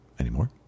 Anymore